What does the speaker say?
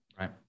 Right